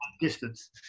distance